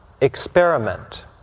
experiment